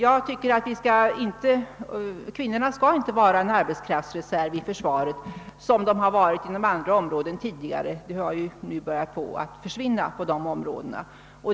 Jag anser inte att kvinnorna skall vara en arbetskraftsreservy i försvaret på samma sätt som de tidigare varit inom andra områden — detta har nu börjat försvinna på dessa områden.